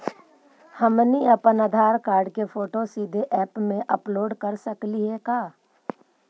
हमनी अप्पन आधार कार्ड के फोटो सीधे ऐप में अपलोड कर सकली हे का?